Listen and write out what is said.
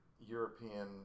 European